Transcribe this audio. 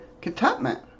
contentment